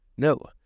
No